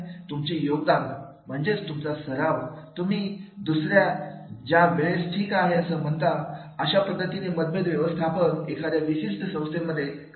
तुमचे योगदान म्हणजेच तुमचा सराव तुम्ही दुसऱ्याला ज्यावेळेस ठिक आहे असं म्हणता अशा पद्धतीने मतभेद व्यवस्थापन एखाद्या विशिष्ट संस्थेमध्ये कार्यरत असते